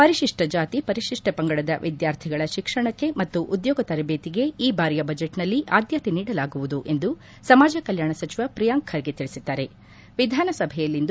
ಪರಿಶಿಷ್ಟ ಜಾತಿ ಪರಿಶಿಷ್ಟ ಪಂಗಡದ ವಿದ್ಯಾರ್ಥಿಗಳ ಶಿಕ್ಷಣಕ್ಕೆ ಮತ್ತು ಉದ್ಯೋಗ ತರಬೇತಿಗೆ ಈ ಬಾರಿಯ ಬಜೆಟ್ ನಲ್ಲಿ ಆದ್ಯತೆ ನೀಡಲಾಗುವುದು ಎಂದು ಸಮಾಜ ಕಲ್ಕಾಣ ಸಚಿವ ಪ್ರಿಯಾಂಕ್ ಖರ್ಗೆ ತಿಳಿಸಿದ್ದಾರೆ ವಿಧಾನಸಭೆಯಲ್ಲಿಂದು